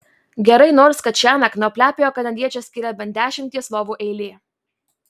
gerai nors kad šiąnakt nuo plepiojo kanadiečio skiria bent dešimties lovų eilė